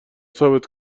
ثابت